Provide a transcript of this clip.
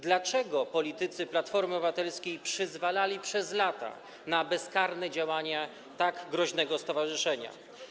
Dlaczego politycy Platformy Obywatelskiej przyzwalali przez lata na bezkarne działanie tak groźnego stowarzyszenia?